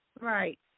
Right